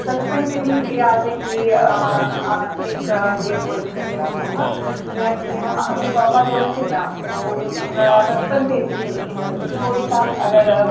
बचपनके नीक याद कि एक ये बोली सकै छी अहाँ जेनाकि हमर पापा जे रहथिनने ओ हमरा बचपनसँ सिखेलखिन कि कोइ काम अगर